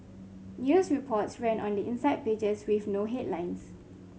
news reports ran on the inside pages with no headlines